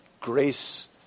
Grace